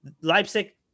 Leipzig